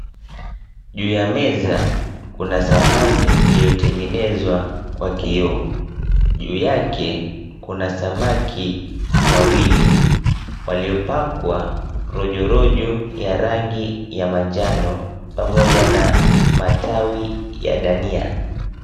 Juu ya meza kuna sahani iliotengenezwa kwa kioo. Juu yake kuna samaki wawili waliopakwa rojorojo ya rangi ya manjano pamoja na matawi ya dania.